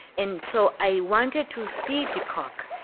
and so i wanted to see de kock,